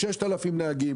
6,000 נהגים,